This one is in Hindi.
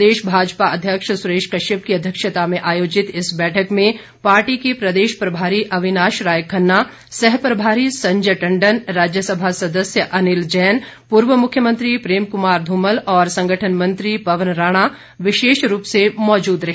प्रदेश भाजपा अध्यक्ष सुरेश कश्यप की अध्यक्षता में आयोजित इस बैठक में पार्टी के प्रदेश प्रभारी अविनाश राय खन्ना सहप्रभारी संजय टंडन राज्यसभा सदस्य अनिल जैन पूर्व मुख्यमंत्री प्रेम कुमार धूमल और संगठन मंत्री पवन राणा विशेष रूप से मौजूद रहे